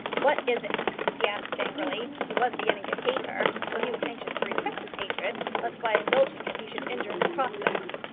what is it? he asked angrily. he was beginning to hate her, though he was anxious to repress his hatred, lest by indulging it he should injure his prospects.